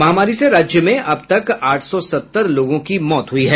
महामारी से राज्य में अब तक आठ सौ सत्तर लोगों की मौत हुई हैं